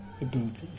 abilities